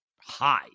high